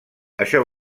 això